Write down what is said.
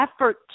effort